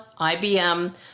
IBM